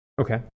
Okay